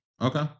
Okay